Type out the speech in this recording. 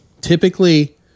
typically